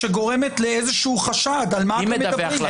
מיוחדת שגורמת לאיזשהו חשד, על מה אתם מדברים?